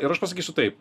ir aš pasakysiu taip